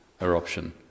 eruption